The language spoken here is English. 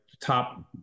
top